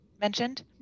mentioned